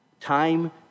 time